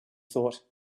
thought